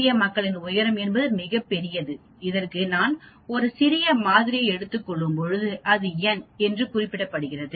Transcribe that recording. இந்திய மக்களின் உயரம் என்பது மிக பெரியது இதற்கு நான் ஒரு சிறிய மாதிரியை எடுத்துக் கொள்ளும்போது அது n என்று குறிக்கப்படுகிறது